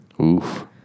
Oof